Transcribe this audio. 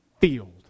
field